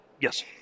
Yes